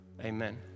Amen